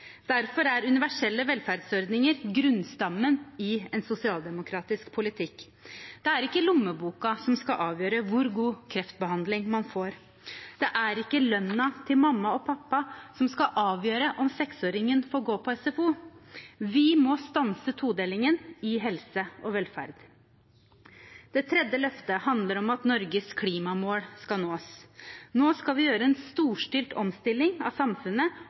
Derfor er universelle velferdsordninger grunnstammen i en sosialdemokratisk politikk. Det er ikke lommeboka som skal avgjøre hvor god kreftbehandling man får. Det er ikke lønna til mamma og pappa som skal avgjøre om seksåringen får gå på SFO. Vi må stanse todelingen i helse og velferd. Det tredje løftet handler om at Norges klimamål skal nås. Nå skal vi gjøre en storstilt omstilling av samfunnet